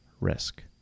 risk